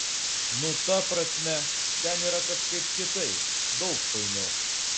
nu ta prasme ten yra kažkaip kitaip daug fainiau